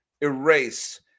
erase